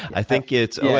i think it's oh,